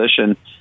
position